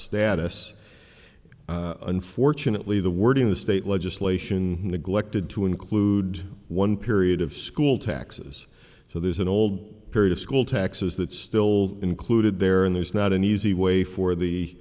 status unfortunately the wording the state legislation neglected to include one period of school taxes so there's an old period of school taxes that still included there and there's not an easy way for the